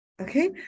Okay